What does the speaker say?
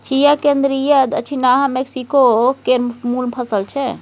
चिया केंद्रीय आ दछिनाहा मैक्सिको केर मुल फसल छै